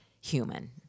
human